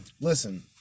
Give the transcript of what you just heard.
listen